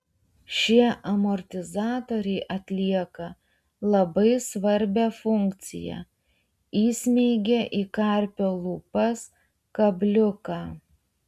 šie amortizatoriai atlieka labai svarbią funkciją įsmeigia į karpio lūpas kabliuką